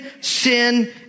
sin